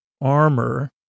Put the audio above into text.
armor